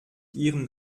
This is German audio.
ihren